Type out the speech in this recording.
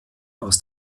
aus